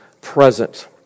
present